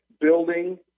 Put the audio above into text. building